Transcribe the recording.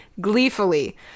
gleefully